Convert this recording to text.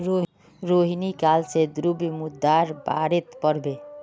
रोहिणी काल से द्रव्य मुद्रार बारेत पढ़बे